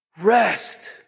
Rest